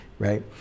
right